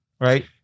right